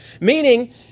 meaning